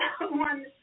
one –